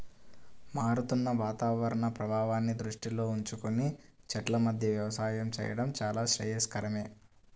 మారుతున్న వాతావరణ ప్రభావాన్ని దృష్టిలో ఉంచుకొని చెట్ల మధ్య వ్యవసాయం చేయడం చాలా శ్రేయస్కరమే